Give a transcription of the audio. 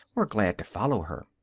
were glad to follow her.